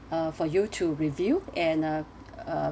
uh for you to review and uh uh